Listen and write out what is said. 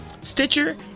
Stitcher